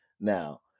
now